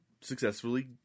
successfully